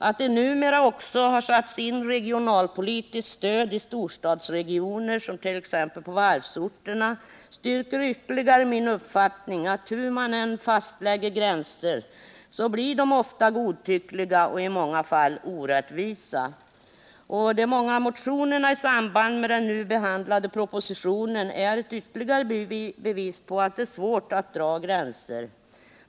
Att det numera också har satts in regionalpolitiskt stöd i storstadsregioner, som t.ex. på varvsorterna, styrker ytterligare min uppfattning, att hur man än fastlägger gränser blir de ofta godtyckliga och i många fall orättvisa. De många motionerna i samband med den nu behandlade propositionen är ett ytterligare bevis på att det är svårt att dra gränser.